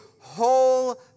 whole